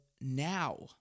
now